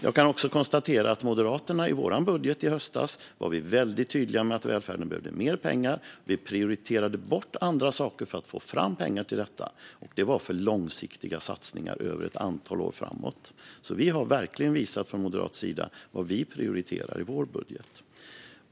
Jag kan också konstatera att vi moderater i vår budget i höstas var väldigt tydliga med att välfärden behövde mer pengar. Vi prioriterade bort andra saker för att få fram pengar till detta, och det var för långsiktiga satsningar över ett antal år framåt. Vi har verkligen visat från moderat sida vad vi prioriterar i vår budget.